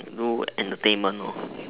no entertainment